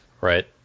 right